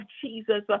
Jesus